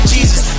Jesus